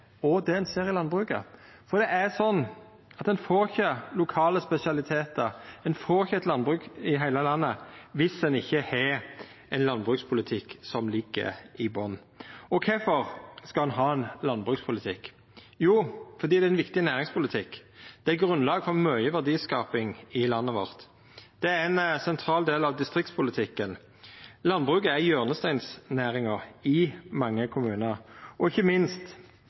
og det ein ser i landbruket. Det er slik at ein får ikkje lokale spesialitetar, ein får ikkje eit landbruk i heile landet viss ein ikkje har ein landbrukspolitikk som ligg i botn. Kvifor skal me ha ein landbrukspolitikk? Jo, fordi det er viktig næringspolitikk. Det er grunnlaget for mykje verdiskaping i landet vårt. Det er ein sentral del av distriktspolitikken. Landbruket er hjørnesteinsnæringa i mange kommunar. Og ikkje minst